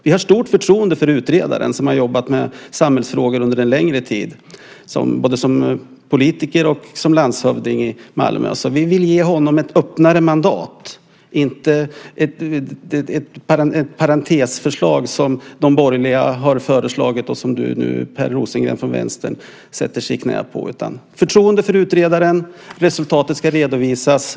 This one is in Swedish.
Vi har stort förtroende för utredaren, som har jobbat med samhällsfrågor under en längre tid, både som politiker och som landshövding i Malmö. Vi vill ge honom ett öppnare mandat, inte ett parentesförslag som de borgerliga har fört fram och som du, Per Rosengren från Vänstern, nu sätter dig i knät på. Vi har förtroende för utredaren. Resultatet ska redovisas.